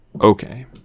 Okay